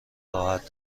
راحت